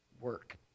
work